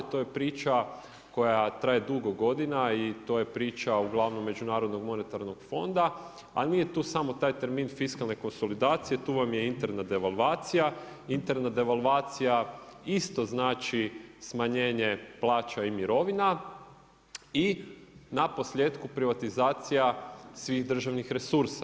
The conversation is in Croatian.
To je priča koja traje dugo godina i to je priča uglavnom Međunarodnog monetarnog fonda, a nije tu samo taj termin fiskalne konsolidacije, tu vam je interna devalvacija, interna devalvacija isto znači smanjenja plaća i mirovina i naposljetku privatizacija svih državnih resursa.